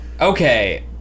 okay